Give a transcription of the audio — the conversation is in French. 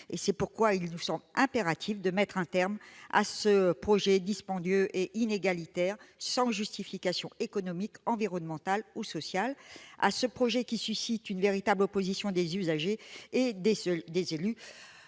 semble impératif, dans cet esprit, de mettre un terme à un projet dispendieux et inégalitaire, sans justification économique, environnementale ou sociale, un projet qui suscite une véritable opposition des usagers et des élus